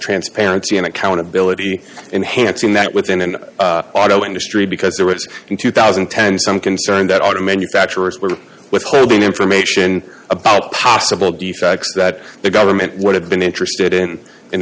transparency and accountability enhancing that within an auto industry because there was in two thousand and ten some concern that auto manufacturers were with clothing information about possible defects that the government would have been interested in in